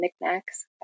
knickknacks